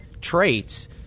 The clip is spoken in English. traits